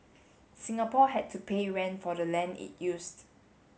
Singapore had to pay rent for the land it used